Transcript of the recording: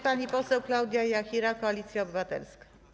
Pani poseł Klaudia Jachira, Koalicja Obywatelska.